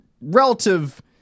relative